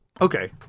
okay